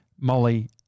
Molly